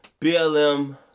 BLM